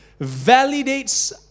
validates